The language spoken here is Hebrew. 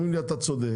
אומרים: אתה צודק.